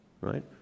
right